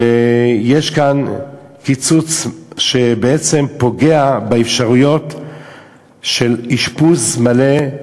ויש כאן קיצוץ שבעצם פוגע באפשרויות של אשפוז מלא,